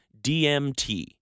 DMT